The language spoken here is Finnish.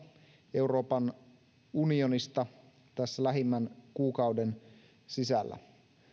euroopan unionista tässä lähimmän kuukauden sisällä